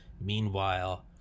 meanwhile